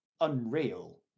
unreal